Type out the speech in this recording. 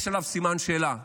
יש עליו סימן שאלה גדול.